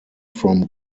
from